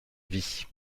vie